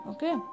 Okay